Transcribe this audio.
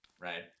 right